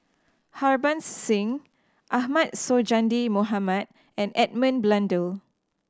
Harbans Singh Ahmad Sonhadji Mohamad and Edmund Blundell